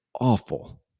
awful